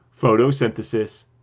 photosynthesis